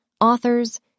authors